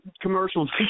commercials